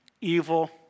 evil